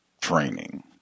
training